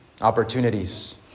opportunities